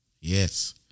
Yes